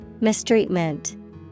Mistreatment